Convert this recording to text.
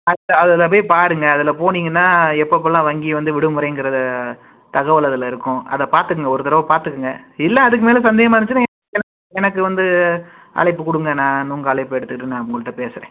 அது அதில் போயி பாருங்கள் அதில் போனீங்கன்னா எப்பெப்பலாம் வங்கி வந்து விடுமுறைங்கிற தகவல் அதில் இருக்கும் அதை பார்த்துக்குங்க ஒரு தடவை பார்த்துக்குங்க இல்லை அதுக்கு மேலே சந்தேகமா இருந்துச்சுன்னால் எனக் எனக்கு வந்து அழைப்பு கொடுங்க நான் உங்கள் அழைப்ப எடுத்துக்கிட்டு நான் உங்கள்கிட்ட பேசுகிறேன்